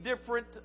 different